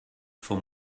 for